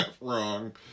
wrong